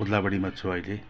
ओद्लाबाडीमा छु अहिले